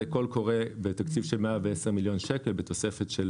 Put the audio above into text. זה קול קורא ותקציב של 110 מיליון שקל בתוספת של